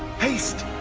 haste.